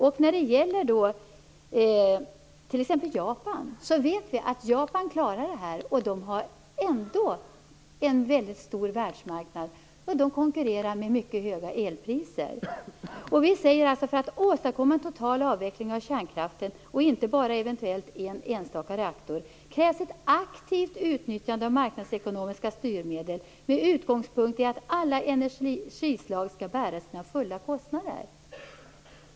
Vi vet att t.ex. Japan klarar av det här. Där har man ändå en stor världsmarknad. Man konkurrerar med mycket höga elpriser. Vi säger alltså: "För att åstadkomma en total avveckling av kärnkraften - och inte bara eventuellt en enstaka reaktor - krävs ett aktivt utnyttjande av marknadsekonomiska styrmedel med utgångspunkt i att alla energislag skall bära sina fulla kostnader."